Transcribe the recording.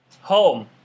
Home